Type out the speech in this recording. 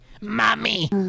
Mommy